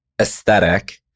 aesthetic